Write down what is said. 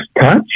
touch